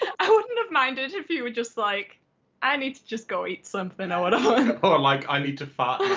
i wouldn't have minded if you were just like i need to just go eat something. you know and or um like i need to fart.